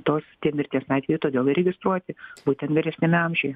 tos tie mirties atvejai todėl ir registruoti būtent vyresniame amžiuje